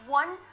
one